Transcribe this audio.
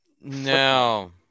no